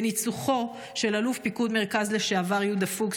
בניצוחו של אלוף פיקוד מרכז לשעבר יהודה פוקס,